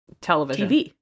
television